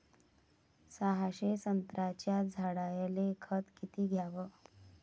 सहाशे संत्र्याच्या झाडायले खत किती घ्याव?